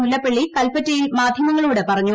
മുല്ലപ്പള്ളി കൽപ്പറ്റയിൽ മാധ്യമങ്ങളോട് പറഞ്ഞു